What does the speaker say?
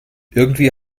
irgendwie